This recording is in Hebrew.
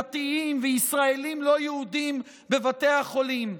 דתיים וישראלים לא יהודים בבתי החולים.